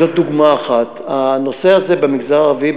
זאת דוגמה אחת, הנושא הזה במגזר הערבי.